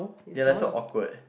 they are like so awkward